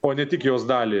o ne tik jos dalį